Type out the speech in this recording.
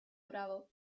bravo